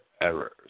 errors